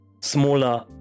smaller